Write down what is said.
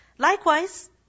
Likewise